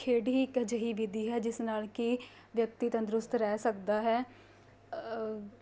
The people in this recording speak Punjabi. ਖੇਡ ਹੀ ਇੱਕ ਅਜਿਹੀ ਵਿਧੀ ਹੈ ਜਿਸ ਨਾਲ ਕਿ ਵਿਅਕਤੀ ਤੰਦਰੁਸਤ ਰਹਿ ਸਕਦਾ ਹੈ